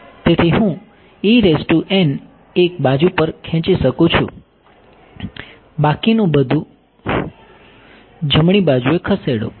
તેથી હું એક બાજુ પર ખેંચી શકું છું બાકીનું બધું જમણી બાજુએ ખસેડો